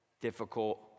difficult